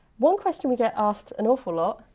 one question we get asked an awful lot,